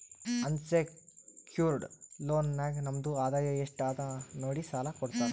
unsecured loan ನಾಗ್ ನಮ್ದು ಆದಾಯ ಎಸ್ಟ್ ಅದ ಅದು ನೋಡಿ ಸಾಲಾ ಕೊಡ್ತಾರ್